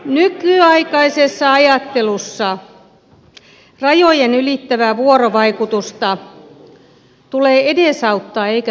nykyaikaisessa ajattelussa rajojen ylittävää vuorovaikutusta tulee edesauttaa eikä suinkaan estää